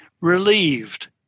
relieved